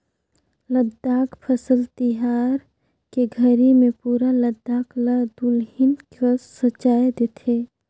लद्दाख फसल तिहार के घरी मे पुरा लद्दाख ल दुलहिन कस सजाए देथे